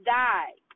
die